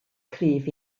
cryf